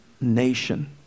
nation